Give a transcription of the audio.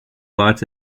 lots